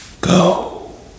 go